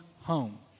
home